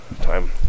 time